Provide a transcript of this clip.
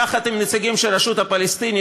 יחד עם הנציגים של הרשות הפלסטינית,